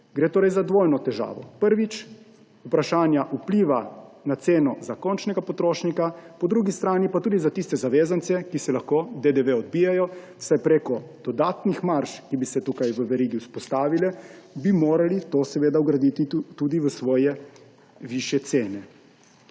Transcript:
Gre torej za dvojno težavo, prvič vprašanja vpliva na ceno za končnega potrošnika, po drugi strani pa tudi za tiste zavezance, ki si lahko DDV odbijejo, saj bi morali prek dodatnih marž, ki bi se tukaj v verigi vzpostavile, to seveda vgraditi tudi v svoje višje cene.